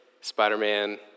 Spider-Man